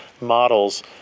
models